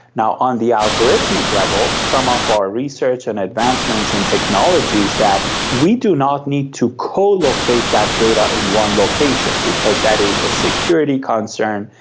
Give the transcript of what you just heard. on the algorithmic level, some of our research and advancements in technologies that we do not need to co-locate that data in one location because that is a security concern,